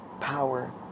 power